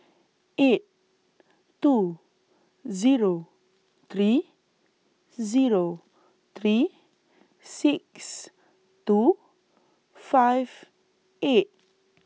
eight two Zero three Zero three six two five eight